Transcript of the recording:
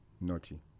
Naughty